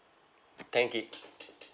ten gig